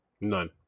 None